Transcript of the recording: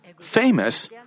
famous